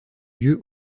lieu